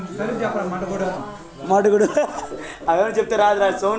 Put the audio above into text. కూరగాయల్లో ఎక్కువ ప్రోటీన్లు విటమిన్లు దొరుకుతాయి